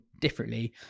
differently